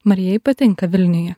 marijai patinka vilniuje